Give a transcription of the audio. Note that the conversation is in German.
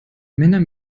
männer